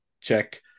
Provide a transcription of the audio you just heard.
check